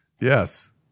yes